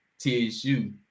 TSU